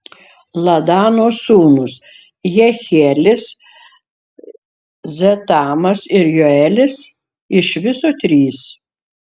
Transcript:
ladano sūnūs jehielis zetamas ir joelis iš viso trys